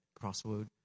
Crossroad